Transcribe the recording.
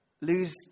Lose